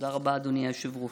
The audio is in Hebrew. תודה רבה, אדוני היושב-ראש.